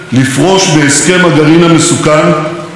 יעדים שפעלתי להשיגם שנים רבות.